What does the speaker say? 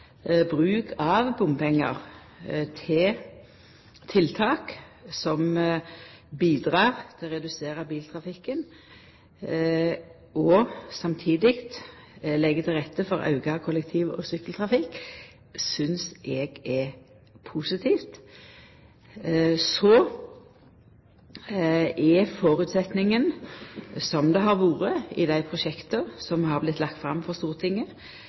Bruk av bompengar til tiltak som bidreg til å redusera biltrafikken, og som samtidig legg til rette for auka kollektiv- og sykkeltrafikk, synest eg er positivt. Føresetnaden i dei prosjekta som har vorte lagde fram for Stortinget,